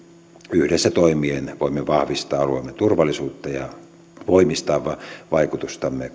yhdessä toimien voimme vahvistaa alueemme turvallisuutta ja voimistaa vaikutustamme